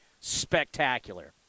spectacular